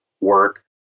work